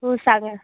हो सांगा